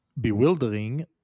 bewildering